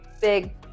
big